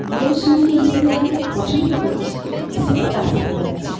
জীবন সঙ্গী হিসেবে যাকে পছন্দ করছে সেও তার সাথে যাচ্ছে